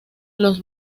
los